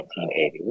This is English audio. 1980